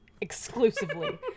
exclusively